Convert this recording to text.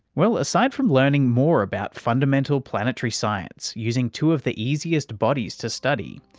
well, aside from learning more about fundamental planetary science using two of the easiest bodies to study,